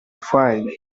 find